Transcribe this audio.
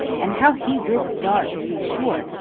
and how he did start, to be sure,